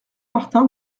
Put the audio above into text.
martin